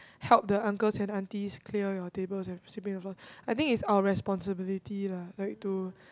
help the uncles and aunties clear your tables and sweeping the floor I think is our responsibility lah like to